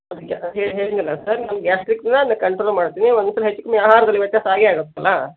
ಅದೇ ಹೇಳಿದ್ನಲ್ಲ ಸರ್ ನಮ್ಮ ಗ್ಯಾಸ್ಟಿಕನ್ನ ನ ಕಂಟ್ರೋಲ್ ಮಾಡ್ತೀನಿ ಒಂದೊಂದು ಸಲ ಹೆಚ್ಚು ಕಮ್ಮಿ ಆಹಾರದಲ್ಲಿ ವ್ಯತ್ಯಾಸ ಆಗೇ ಆಗುತ್ತಲ್ಲ